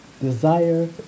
desire